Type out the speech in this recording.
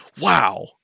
wow